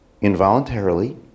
involuntarily